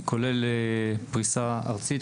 כולל פריסה ארצית,